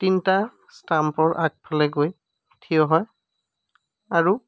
তিনিটা ষ্টাম্পৰ আগফালে গৈ থিয় হয় আৰু